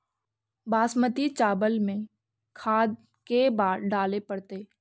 बासमती चावल में खाद के बार डाले पड़तै?